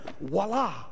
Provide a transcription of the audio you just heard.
voila